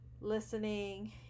listening